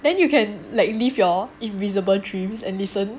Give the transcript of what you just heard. then you can like live you're invisible dreams and listen